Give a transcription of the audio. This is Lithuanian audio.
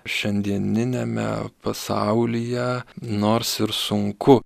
šiandieniniame pasaulyje nors ir sunku